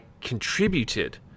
contributed